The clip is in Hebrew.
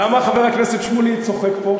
למה חבר הכנסת שמולי צוחק פה?